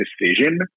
decision